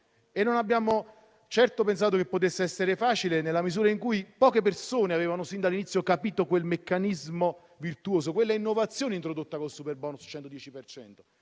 Non abbiamo certo pensato che potesse essere facile, nella misura in cui poche persone avevano sin dall'inizio capito quel meccanismo virtuoso, quella innovazione introdotta con il superbonus 110